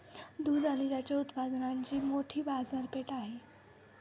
दूध आणि त्याच्या उत्पादनांची मोठी बाजारपेठ आहे